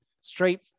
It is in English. straight